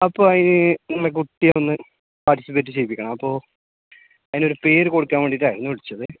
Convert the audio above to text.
അപ്പോൾ അതിന് നിങ്ങളെ കുട്ടിയെ ഒന്ന് പാർട്ടിസിപ്പേറ്റ് ചെയ്യിപ്പിക്കണം അപ്പോൾ അതിനൊരു പേര് കൊടുക്കാൻ വേണ്ടിയിട്ടായിരുന്നു വിളിച്ചത്